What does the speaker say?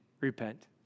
Repent